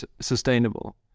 sustainable